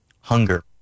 hunger